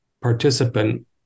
participant